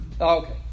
Okay